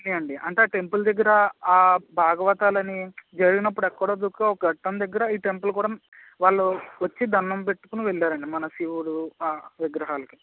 ఉన్నాయండి అంటే ఆ టెంపుల్ దగ్గర ఆ భాగవతాలు అవి జరిగినప్పుడు ఎక్కడో దుక్క ఒక ఘట్టం దగ్గర ఈ టెంపుల్ కూడా వాళ్ళు వచ్చి దణ్డం పెట్టుకుని వెళ్ళారండి మన శివుడు విగ్రహాలకి